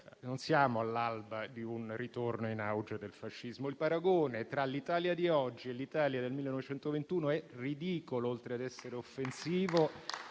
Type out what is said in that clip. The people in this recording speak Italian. non siamo all'alba di un ritorno in auge del fascismo. Il paragone tra l'Italia di oggi e l'Italia del 1921 è ridicolo, oltre a essere offensivo